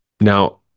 Now